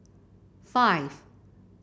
five